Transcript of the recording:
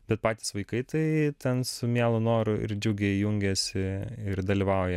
bet patys vaikai tai ten su mielu noru ir džiugiai jungiasi ir dalyvauja